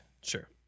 Sure